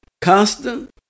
constant